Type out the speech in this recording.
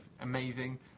amazing